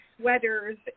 sweaters